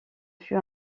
fut